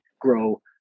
grow